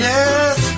Yes